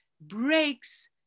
breaks